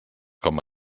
com